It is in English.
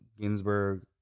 Ginsburg